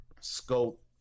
scope